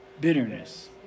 bitterness